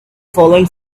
following